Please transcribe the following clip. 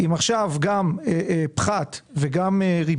אם יצטרכו להכניס גם את הפחת והריבית